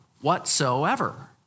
whatsoever